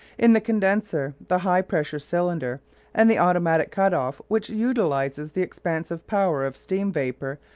in the condenser, the high pressure cylinder and the automatic cut-off, which utilises the expansive power of steam vapour,